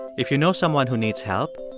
if you know someone who needs help,